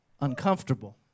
Uncomfortable